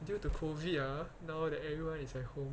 due to COVID ah now that everyone is at home